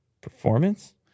performance